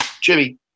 jimmy